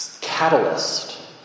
catalyst